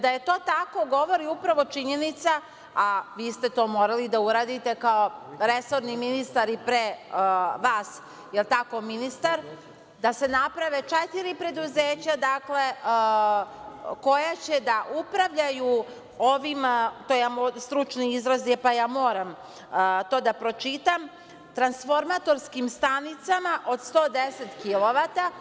Da je to tako govori upravo činjenica, a vi ste to morali da uradite kao resorni ministar i pre vas ministar, da se naprave četiri preduzeća koja će da upravljaju, stručan izraz je pa moram to da pročitam – transformatorskim stanicama od 110 kilovata.